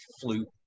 flute